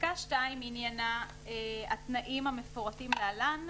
פסקה (2) עניינה התנאים המפורטים להלן,